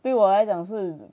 对我来讲是